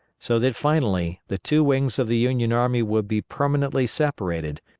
so that finally, the two wings of the union army would be permanently separated,